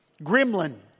Gremlin